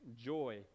joy